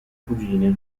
cugine